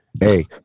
Hey